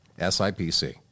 SIPC